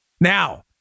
Now